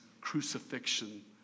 crucifixion